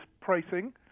pricing